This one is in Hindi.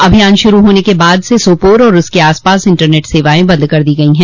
अभियान शुरू होने के बाद से सोपोर और उसके आसपास इंटरनेट सेवाएं बंद कर दी गई हैं